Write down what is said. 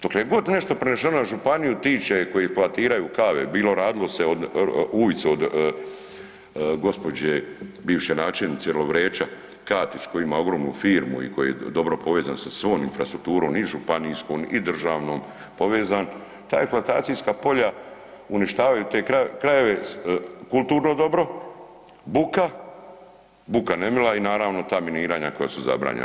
Dokle god je nešto prenešeno na županije, ti će koji eksploatiraju kave, bilo radilo se o ujcu gđe. bivše načelnice Lovreča, Katić koji ima ogromnu firmu i koji je dobro povezan sa svom infrastrukturom i županijskom i državnom povezan, ta eksploatacijska polja uništavaju te krajeve kulturno dobro, buka, buka nemila i naravno, ta miniranja koja su zabranjena.